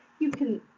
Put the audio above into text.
you can